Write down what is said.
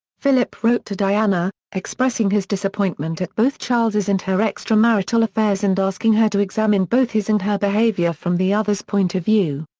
philip wrote to diana, expressing his disappointment at both charles's and her extra-marital affairs and asking her to examine both his and her behaviour from the other's point of view.